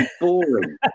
boring